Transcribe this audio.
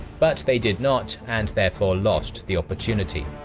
but they did not and therefore lost the opportunity.